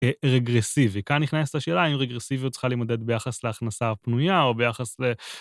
רגרסיבי. כאן נכנסת לשאלה האם רגרסיביות צריכה להמדד ביחס להכנסה הפנויה או ביחס ל...